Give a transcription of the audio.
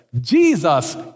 Jesus